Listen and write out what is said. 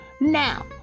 now